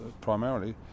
primarily